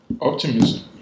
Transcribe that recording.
Optimism